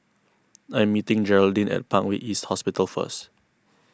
I am meeting Geraldine at Parkway East Hospital first